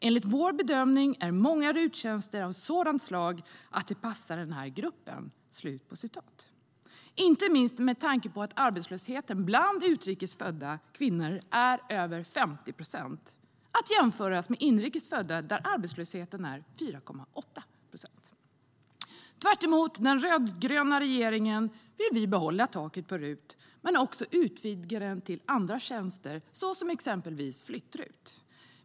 Enligt vår bedömning är många RUT-tjänster av sådant slag att det passar den här gruppen.Tvärtemot den rödgröna regeringen vill vi behålla taket på RUT men också utvidga det till andra tjänster som exempelvis flytt-RUT.